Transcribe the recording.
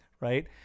right